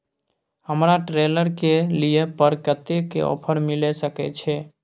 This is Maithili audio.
हमरा ट्रेलर के लिए पर कतेक के ऑफर मिलय सके छै?